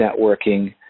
networking